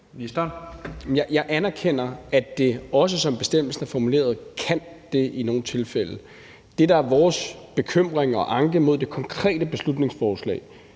Jeg anerkender, at det, også som bestemmelsen er formuleret, kan være det i nogle tilfælde. Det, der er vores bekymring og anke i forhold til det konkrete beslutningsforslag,